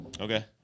Okay